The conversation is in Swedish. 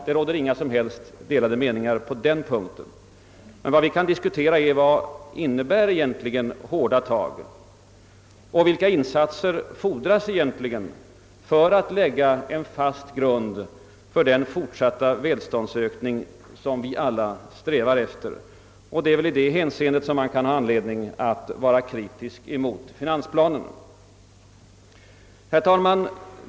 Det råder inga som helst delade meningar på den punkten. Vad vi kan diskutera är vad »hårda tag» egentligen innebär och vilka insatser som fordras för att lägga en fast grund för den fortsatta välståndsökning, som vi alla strävar efter. Det är väl i detta avseende man kan ha anledning att vara kritisk mot finansplanen. Herr talman!